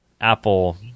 Apple